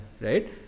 Right